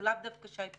זה לאו דווקא שי פירון.